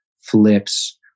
flips